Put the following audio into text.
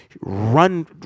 run